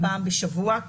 אבל